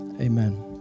Amen